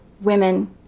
women